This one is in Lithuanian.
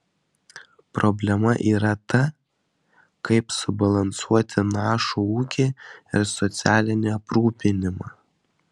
problema yra ta kaip subalansuoti našų ūkį ir socialinį aprūpinimą